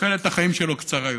תוחלת החיים שלו קצרה יותר.